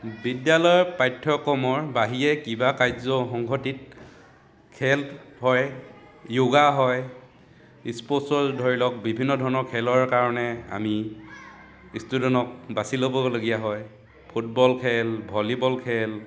বিদ্যালয়ৰ পাঠ্যক্ৰমৰ বাহিৰে কিবা কাৰ্য সংঘটিত খেল হয় য়োগা হয় স্পৰ্টচৰ ধৰি লওক বিভিন্ন ধৰণৰ খেলৰ কাৰণে আমি ষ্টুডেন্টক বাচি ল'বলগীয়া হয় ফুটবল খেল ভলীবল খেল